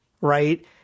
right